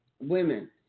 women